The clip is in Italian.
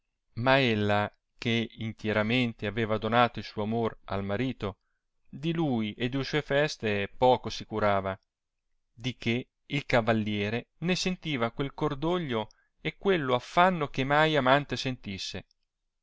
ma ella che intieramente aveva donato il suo amor al marito di lui e di sue feste poco si curava di che il cavalliere ne sentiva quel cordoglio e quello affanno che mai amante sentisse